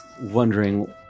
wondering